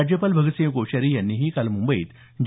राज्यपाल भगतसिंह कोश्यारी यांनीही काल मुंबईत जे